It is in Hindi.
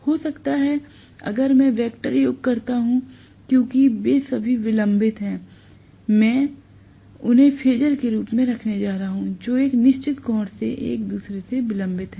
हो सकता है अगर मैं वेक्टर योग करता हूं क्योंकि वे सभी विलंबित हैं तो मैं उन्हें फेज़र के रूप में रखने जा रहा हूं जो एक निश्चित कोण से एक दूसरे से विलंबित हैं